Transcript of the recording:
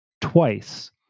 twice